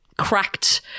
cracked